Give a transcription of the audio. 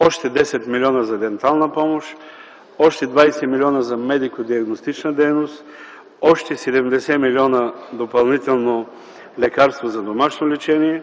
още 10 милиона за дентална помощ, още 20 милиона за медико-диагностична дейност, още 70 милиона допълнително – лекарства за домашно лечение,